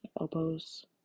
Elbows